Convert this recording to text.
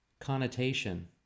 connotation